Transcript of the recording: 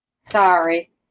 Sorry